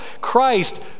Christ